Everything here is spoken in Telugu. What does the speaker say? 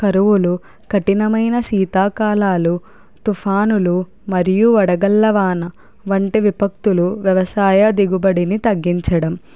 కరువులు కఠినమైన శీతాకాలాలు తుఫానులు మరియు వడగళ్ల వాన వంటి విపక్తులు వ్యవసాయ దిగుబడిని తగ్గించడం